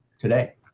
today